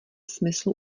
smyslu